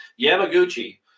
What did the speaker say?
Yamaguchi